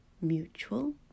mutual